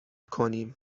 کنیم